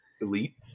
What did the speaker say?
Elite